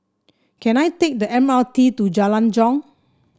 can I take the M R T to Jalan Jong